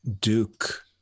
Duke